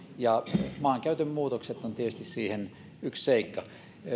ja maankäytön muutokset ovat tietysti siihen yksi seikka